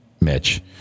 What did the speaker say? Mitch